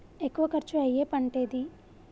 ఎక్కువ ఖర్చు అయ్యే పంటేది?